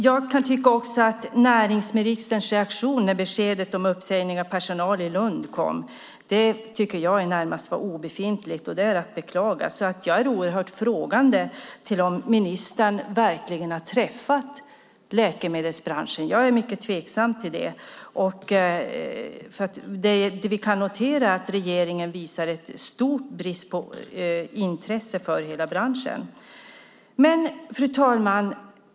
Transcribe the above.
Jag kan också tycka att näringsministerns reaktion när beskedet om uppsägning av personal i Lund kom var närmast obefintlig, och det är att beklaga. Jag ställer mig oerhört frågande till om ministern verkligen har träffat läkemedelsbranschen. Jag är mycket tveksam till det, för vi kan notera att regeringen visar en stor brist på intresse för hela branschen. Fru talman!